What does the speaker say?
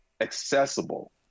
accessible